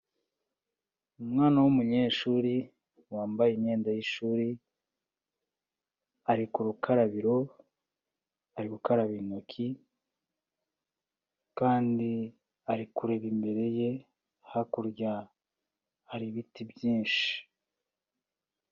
Umwana w'umunyeshuri, wambaye imyenda y'ishuri, ari ku rukarabiro ari gukaraba intoki, kandi ari kureba imbere ye, hakurya hari ibiti byinshi.